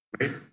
Right